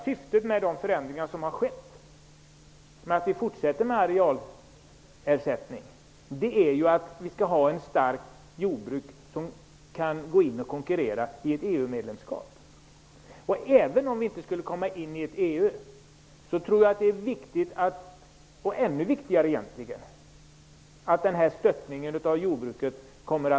Syftet med de förändringar som har skett -- med att vi fortsätter med arealersättning -- är att det skall finnas ett starkt jordbruk som kan konkurrera vid ett EU-medlemskap. Även om Sverige inte skulle komma med i EU tror jag att det är viktigt att denna stöttning av jordbruket sker.